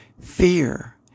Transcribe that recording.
fear